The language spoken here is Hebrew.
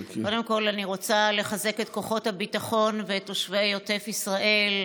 קודם כול אני רוצה לחזק את כוחות הביטחון ותושבי עוטף ישראל,